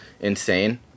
insane